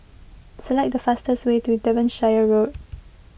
select the fastest way to Devonshire Road